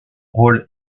rôle